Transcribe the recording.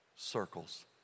Circles